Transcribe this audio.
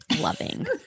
loving